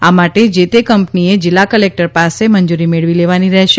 આ માટે જ તે કંપનીએ જિલ્લા કલેક્ટર પાસે મંજૂરી મેળવી લેવાની રહેશે